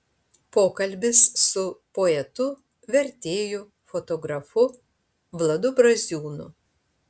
pokalbis su poetu vertėju fotografu vladu braziūnu